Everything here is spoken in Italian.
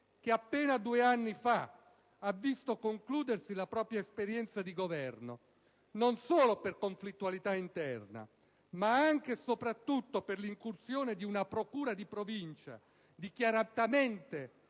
che appena tre anni fa ha visto concludersi la propria esperienza di Governo non solo per conflittualità interna, ma anche e soprattutto per l'incursione di una procura di provincia dichiaratamente